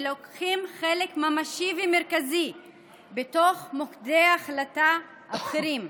ולוקחים חלק ממשי ומרכזי בתוך מוקדי החלטה אחרים.